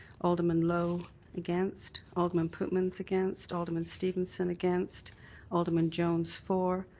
alderman lowe against, alderman pootmans against, alderman stevenson against alderman jones for,